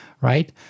right